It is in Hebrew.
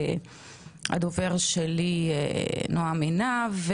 הדובר שלי נעם עינב,